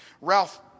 Ralph